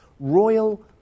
royal